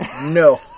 No